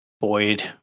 Boyd